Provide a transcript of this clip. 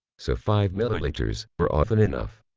so five milliliters are often enough.